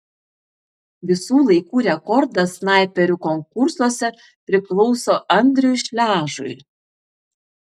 visų laikų rekordas snaiperių konkursuose priklauso andriui šležui